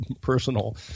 personal